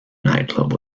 nightclub